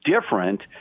different